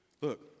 Look